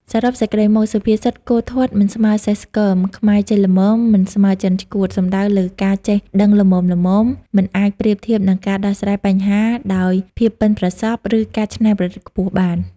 សរុបសេចក្ដីមក សុភាសិត "គោធាត់មិនស្មើសេះស្គម ខ្មែរចេះល្មមមិនស្មើចិនឆ្កួត" សំដៅលើការចេះដឹងល្មមៗ មិនអាចប្រៀបធៀបនឹងការដោះស្រាយបញ្ហាដោយភាពប៉ិនប្រសប់ ឬការច្នៃប្រឌិតខ្ពស់បាន។